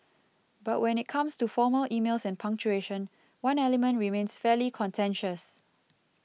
but when it comes to formal emails and punctuation one element remains fairly contentious